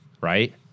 right